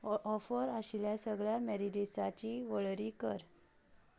ऑ offer आशिल्ल्या सगळ्या मॅडिसिंसांची वळरी कर